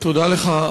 תודה לך,